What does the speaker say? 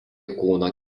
kūno